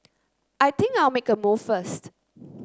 I think I'll make a move first